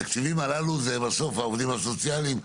התקציבים הללו זה בסוף העובדים הסוציאליים,